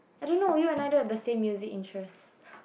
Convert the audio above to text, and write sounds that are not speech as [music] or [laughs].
I don't know you and I don't have the same music interest [laughs]